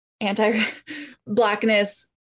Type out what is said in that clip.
anti-blackness